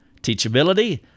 Teachability